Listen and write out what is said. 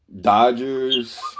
Dodgers